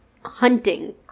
hunting